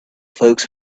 folks